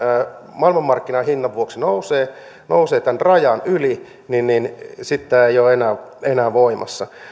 maailmanmarkkinahinnan vuoksi nousee nousee tämän rajan yli niin niin sitten tämä ei ole enää voimassa